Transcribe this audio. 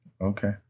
Okay